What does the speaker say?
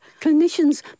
clinicians